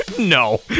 No